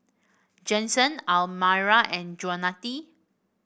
Jensen Almyra and